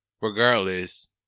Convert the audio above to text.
Regardless